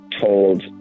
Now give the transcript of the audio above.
told